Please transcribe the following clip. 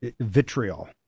vitriol